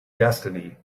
destiny